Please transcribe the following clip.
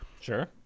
Sure